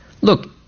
look